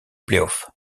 playoffs